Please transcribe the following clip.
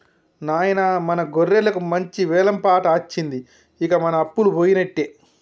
నాయిన మన గొర్రెలకు మంచి వెలం పాట అచ్చింది ఇంక మన అప్పలు పోయినట్టే